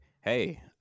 hey